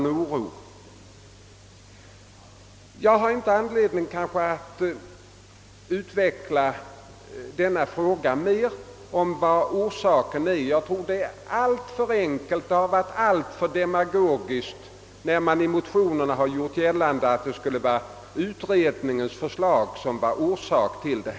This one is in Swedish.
Jag har väl här ingen anledning att närmare utveckla vad orsaken kan vara, men det är alltför demagogiskt att som i motionen göra gällande att det var utredningens förslag som orsakade årets utslaktning.